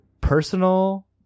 personal